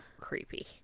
creepy